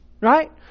right